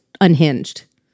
unhinged